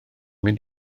mynd